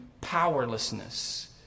powerlessness